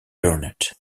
burnett